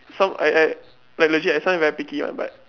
some I I like legit I sometimes very picky one but